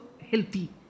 healthy